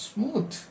Smooth